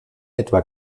etwa